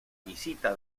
visita